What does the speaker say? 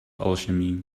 alchemy